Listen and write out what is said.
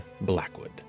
Blackwood